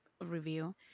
review